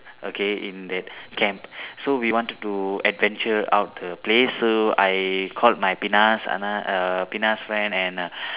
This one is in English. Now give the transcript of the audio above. okay in that camp so we wanted to adventure out the place so I called my Penas Anas err Penas friend and err